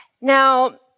Now